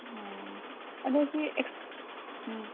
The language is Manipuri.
ꯑꯣ ꯑꯗꯣ ꯁꯤ ꯎꯝ